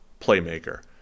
playmaker